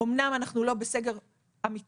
אמנם אנחנו לא בסגר אמיתי".